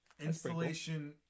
installation